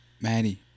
Manny